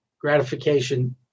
gratification